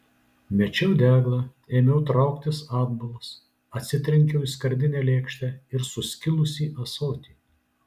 mečiau deglą ėmiau trauktis atbulas atsitrenkiau į skardinę lėkštę ir suskilusį ąsotį